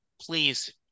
please